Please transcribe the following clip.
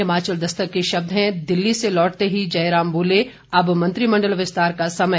हिमाचल दस्तक के शब्द हैं दिल्ली से लौटते ही जयराम बोले अब मंत्रिमंडल विस्तार का समय